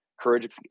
Courage